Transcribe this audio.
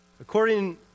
According